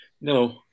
No